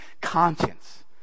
conscience